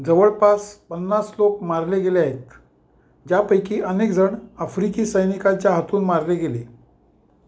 जवळपास पन्नास लोक मारले गेले आहेत ज्यापैकी अनेकजण आफ्रिकी सैनिकांच्या हातून मारले गेले